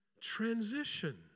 transition